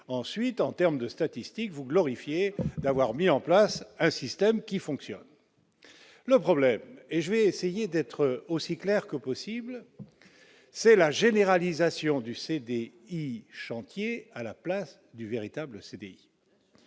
ensuite en terme de statistiques vous glorifier d'avoir mis en place un système qui fonctionne le problème et je vais essayer d'être aussi clair que possible, c'est la généralisation du CD Chantier à la place du véritable CDI